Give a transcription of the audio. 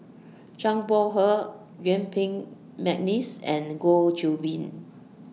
Zhang Bohe Yuen Peng Mcneice and Goh Qiu Bin